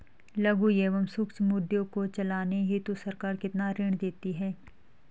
लघु एवं सूक्ष्म उद्योग को चलाने हेतु सरकार कितना ऋण देती है?